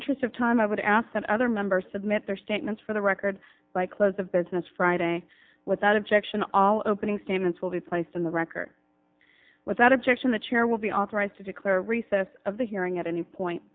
interest of time i would ask that other members submit their statements for the record by close of business friday without objection all opening statements will be placed in the record without objection the chair will be authorized to declare a recess of the hearing at any point